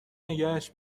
نگهش